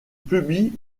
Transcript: publient